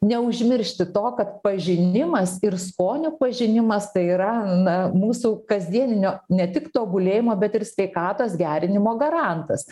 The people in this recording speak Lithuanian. neužmiršti to kad pažinimas ir skonio pažinimas tai yra na mūsų kasdieninio ne tik tobulėjimo bet ir sveikatos gerinimo garantas